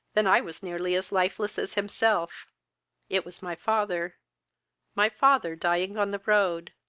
than i was nearly as lifeless as himself it was my father my father dying on the road!